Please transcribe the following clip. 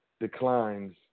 declines